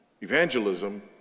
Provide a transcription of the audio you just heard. Evangelism